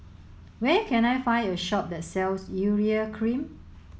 where can I find a shop that sells Urea Cream